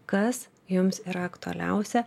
kas jums yra aktualiausia